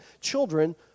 children